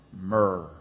myrrh